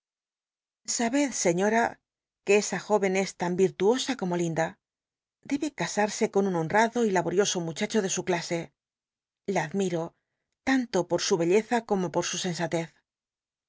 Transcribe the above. sabed señora que esa jóyen es tan virtuosa como linda debe casarse con un honrado y laborioso muchacho de su clase la admi ro tanto por su belleza como por su sensatez